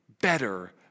better